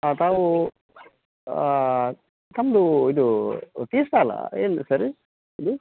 ಹಾಂ ತಾವು ತಮ್ಮದು ಇದು ಟೀ ಸ್ಟಾಲಾ ಎಲ್ಲಿ ಸರ್ ಇದು